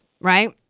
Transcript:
Right